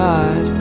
God